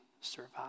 survive